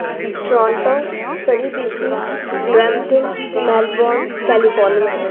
Toronto Surrey BC Brampton Melbourne California